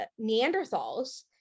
Neanderthals